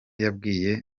yabwiye